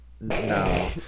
No